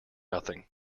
nothing